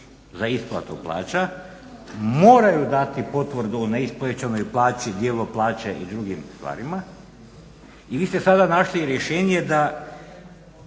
za isplatu plaća moraju dati potvrdu o neisplaćenoj plaći, dijelu plaće i drugim stvarima i vi ste sada našli rješenje da